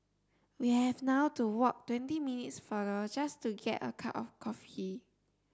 we have now to walk twenty minutes farther just to get a cup of coffee